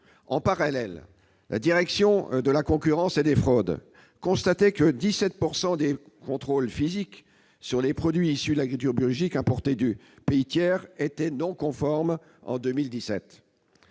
de la consommation et de la répression des fraudes constatait que 17 % des contrôles physiques sur les produits issus de l'agriculture biologique importés de pays tiers étaient « non conformes » en 2017.